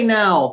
now